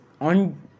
on